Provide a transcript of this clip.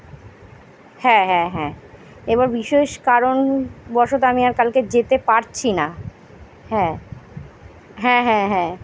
হ্যাঁ হ্যাঁ হ্যাঁ এবার বিশেষ কারণবশত আমি আর কালকে যেতে পারছি না হ্যাঁ হ্যাঁ হ্যাঁ হ্যাঁ